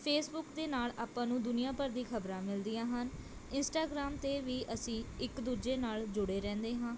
Facebook ਦੇ ਨਾਲ਼ ਆਪਾਂ ਨੂੰ ਦੁਨੀਆਂ ਭਰ ਦੀ ਖ਼ਬਰਾਂ ਮਿਲਦੀਆਂ ਹਨ ਇੰਸਟਾਗ੍ਰਾਮ 'ਤੇ ਵੀ ਅਸੀਂ ਇੱਕ ਦੂਜੇ ਨਾਲ਼ ਜੁੜੇ ਰਹਿੰਦੇ ਹਾਂ